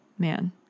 man